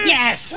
Yes